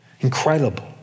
Incredible